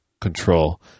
control